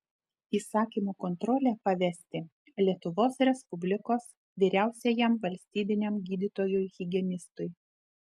įsakymo kontrolę pavesti lietuvos respublikos vyriausiajam valstybiniam gydytojui higienistui